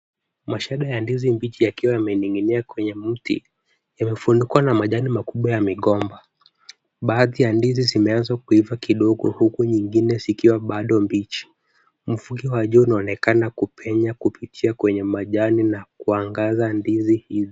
Mashada ya ndizi mbichi yakiwa yamening'inia kwenye mti. Yamefunikwa na majani makubwa ya migomba. Baadhi ya ndizi zimeanza kuiva kidogo huku nyingine zikiwa bado mbichi. Mvuke wa jua unaonekana kupenya kupitia kwenye majani na kuangaza ndizi hizi.